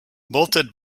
bolted